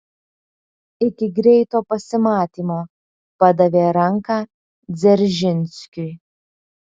iki greito pasimatymo padavė ranką dzeržinskiui